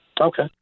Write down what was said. okay